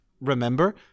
remember